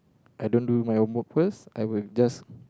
I don't do my homework first I will just